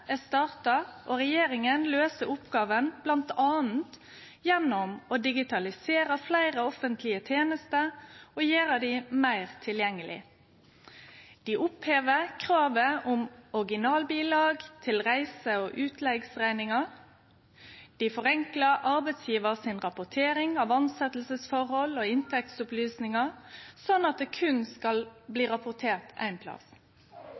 er starta. Regjeringa løyser oppgåva bl.a. gjennom å digitalisere fleire offentlege tenester og gjere dei meir tilgjengelege. Dei opphevar kravet om originalvedlegg til reise- og utleggsrekningar. Dei forenklar arbeidsgjevar si rapportering av tilsettingsforhold og inntektsopplysningar, slik at dei berre skal rapportere éin plass.